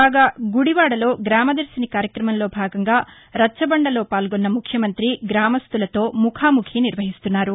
కాగా గుడివాడలో గ్రామదర్శిని కార్యక్రమంలో భాగంగా రచ్చబండలో పాల్గొన్న ముఖ్యమంఁతి గ్రామస్టులతో ముఖాముఖి నిర్వహిస్తున్నారు